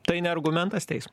tai ne argumentas teismui